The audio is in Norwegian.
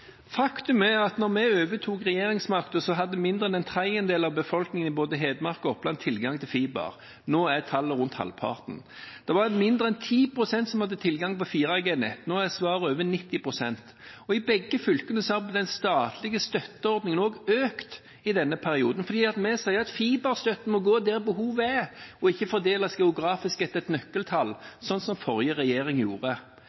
Faktum er at da vi overtok regjeringsmakten, hadde mindre enn en tredjedel av befolkningen i både Hedmark og Oppland tilgang til fiber. Nå er antallet rundt halvparten. Det var mindre enn 10 pst. som hadde tilgang på 4G-nett. Nå har over 90 pst. det. Og i begge fylkene har også den statlige støtteordningen økt i denne perioden, for vi sier at fiberstøtten må gå dit hvor behovet er, og ikke fordeles geografisk etter